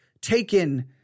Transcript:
taken